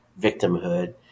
victimhood